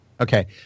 Okay